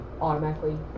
Automatically